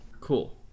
cool